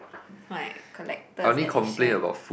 my collectors edition